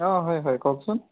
অঁ হয় হয় কওকচোন